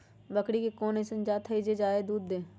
बकरी के कोन अइसन जात हई जे जादे दूध दे?